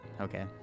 Okay